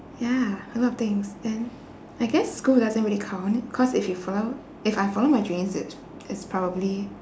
ya a lot of things then I guess school doesn't really count cause if you follow if I followed my dreams it's it's probably